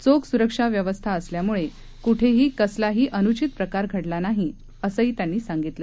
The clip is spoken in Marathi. चोख सुरक्षा व्यवस्था असल्यामुळे कुठेही कसलाही अनुचीत प्रकार घडला नाही असंही त्यांनी सांगितलं